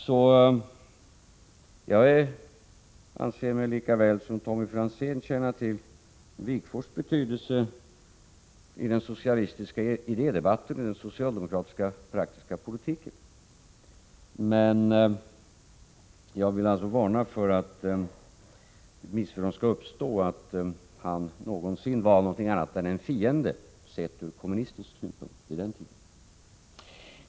Jag anser mig lika väl som Tommy Franzén känna till Wigforss betydelse för den socialistiska idédebatten och den socialdemokratiska praktiska politiken. Men jag vill varna för att det missförståndet skall uppstå att han någonsin var något annat än en fiende, sett från kommunistisk synpunkt.